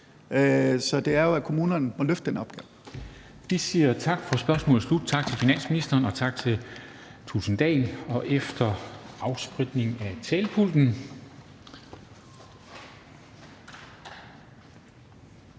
Folketinget – at kommunerne må løfte den opgave.